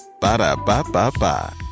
Ba-da-ba-ba-ba